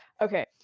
Okay